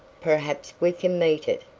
perhaps we can meet it,